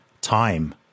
time